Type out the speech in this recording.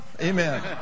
Amen